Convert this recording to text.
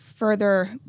Further